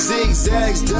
Zigzags